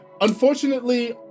Unfortunately